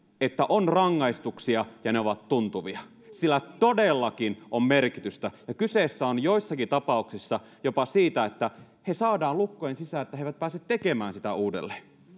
että on rangaistuksia ja ne ovat tuntuvia sillä todellakin on merkitystä ja kyseessä on joissakin tapauksissa jopa se että heidät saadaan lukkojen taakse jotta he eivät pääse tekemään sitä uudelleen